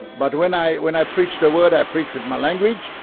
but when i when i preach the word i preach with my language,